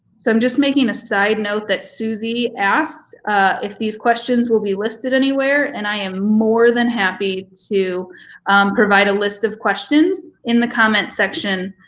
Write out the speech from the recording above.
so i'm just making a side note that suzy asked if these questions will be listed anywhere, and i am more than happy to provide a list of questions in the comment section